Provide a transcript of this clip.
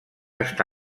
està